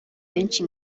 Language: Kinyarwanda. benshi